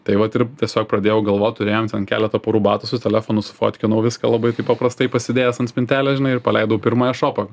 tai vat ir tiesiog pradėjau galvot turėjom ten keletą porų batų su telefonu sufotkinau viską labai taip paprastai pasidėjęs ant spintelės žinai ir paleidau pirmą ešopą